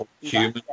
Human